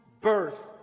birth